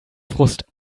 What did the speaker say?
frust